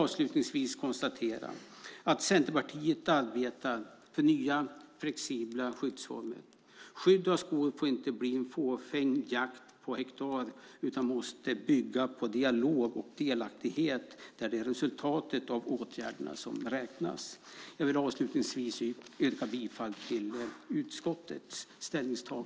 Centerpartiet arbetar för nya flexibla skyddsformer. Skydd av skog får inte bli en fåfäng jakt på hektar utan måste bygga på dialog och delaktighet där det är resultatet av åtgärderna som räknas. Jag yrkar bifall till utskottets förslag.